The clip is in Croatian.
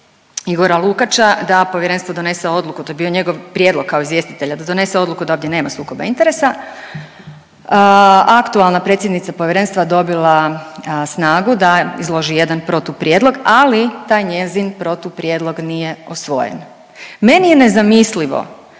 Igora Lukača da Povjerenstvo donese odluku, to je bio njegov prijedlog kao izvjestitelja da donese odluku da ovdje nema sukoba interesa, a aktualna predsjednica Povjerenstva dobila snagu da izloži jedan protuprijedlog, ali taj njezin protuprijedlog nije usvojen. Meni je nezamislivo,